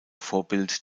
vorbild